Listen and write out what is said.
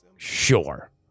Sure